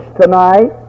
tonight